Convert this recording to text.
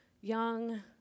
young